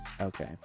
okay